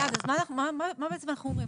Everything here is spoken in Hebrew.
אלעד, אז מה בעצם אנחנו אומרים?